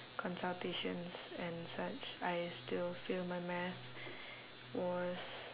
consultations and such I still fail my math was